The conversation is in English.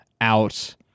out